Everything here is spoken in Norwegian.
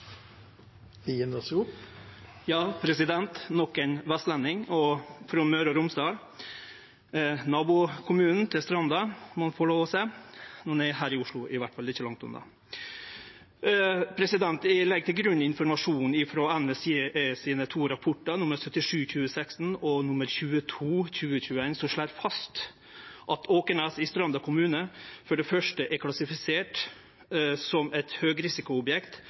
å seie når ein er her i Oslo, det er i alle fall ikkje langt unna. Eg legg til grunn informasjonen frå dei to NVE-rapportane nr. 77 frå 2016 og nr. 22 frå 2021, som slår fast for det første at Åkneset i Stranda kommune er klassifisert som eit høgrisikoobjekt